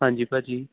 ਹਾਂਜੀ ਭਾਅ ਜੀ